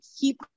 keep